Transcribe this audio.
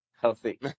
Healthy